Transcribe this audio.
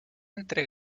entre